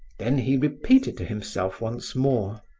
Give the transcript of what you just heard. then he repeated to himself once more,